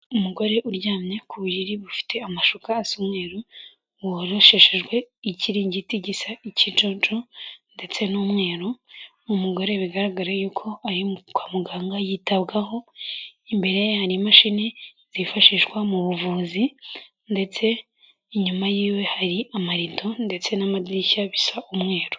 Umugore uryamye ku buriri bufite amashuka asa umweru, worosheshejwe ikiringiti gisa ikijojo ndetse n'umweru, umugore bigaragara yuko kwa muganga yitabwaho, imbere ye hari imashini zifashishwa mu buvuzi ndetse inyuma y'iwe hari amarido ndetse n'amadirishya bisa umweru.